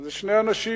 אבל אלה שני אנשים